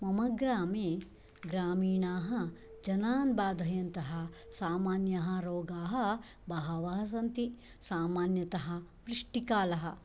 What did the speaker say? मम ग्रामे ग्रामीणाः जनान् बाधयन्तः सामान्यः रोगाः बहवः सन्ति सामान्यतः वृष्ठिकालः